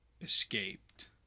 escaped